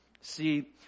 See